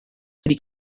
lady